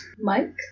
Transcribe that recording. Mike